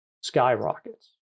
skyrockets